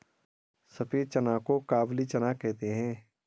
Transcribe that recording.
सफेद चना को काबुली चना कहते हैं